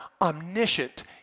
omniscient